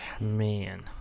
Man